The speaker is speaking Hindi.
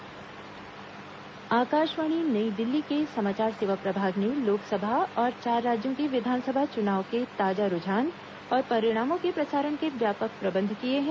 आकाशवाणी मतगणना विशेष कार्यक्रम आकाशवाणी नई दिल्ली के समाचार सेवा प्रभाग ने लोकसभा और चार राज्यों की विधानसभा चुनाव के ताजा रूझान और परिणामों के प्रसारण के व्यापक प्रबंध किए हैं